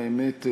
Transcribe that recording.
האמת,